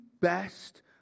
best